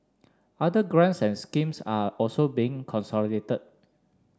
other grants and schemes are also being consolidated